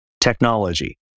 technology